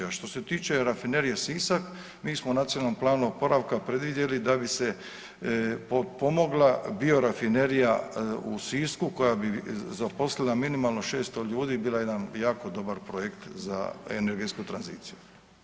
A što se tiče rafinerije Sisak mi smo u nacionalnom planu oporavka predvidjeli da bi se potpomogla biorafinerija u Sisku koja bi zaposlila minimalno 600 ljudi bila jedan jako dobar projekt za energetsku tranziciju.